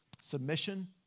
submission